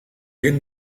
хэн